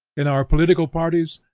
in our political parties,